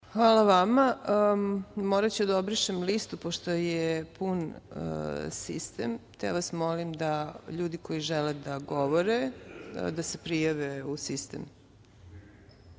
Hvala vama. Moraću da obrišem listu, pošto je pun sistem, te vas molim da ljudi koji žele da govore, da se prijave u